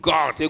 God